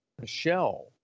Michelle